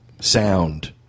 sound